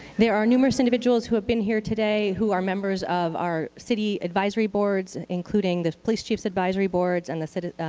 there are numerous individuals who have been here today who are members of our city advisory boards, including the police chief's advisory boards and the cpti.